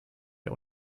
der